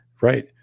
right